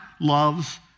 loves